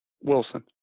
Wilson